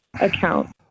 Account